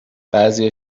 بعضیا